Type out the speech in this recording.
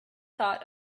thought